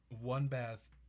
one-bath